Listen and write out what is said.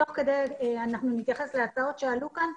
תוך כדי אנחנו נתייחס להצעות שעלו כאן.